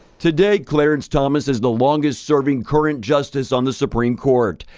today clarence thomas is the longest-serving current justice on the supreme court.